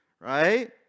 Right